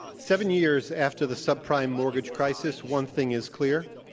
seven years after the subprime mortgage crisis, one thing is clear.